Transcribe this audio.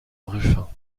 ruffin